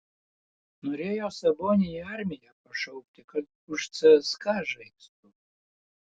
norėjo sabonį į armiją pašaukti kad už cska žaistų